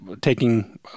taking